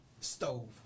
Stove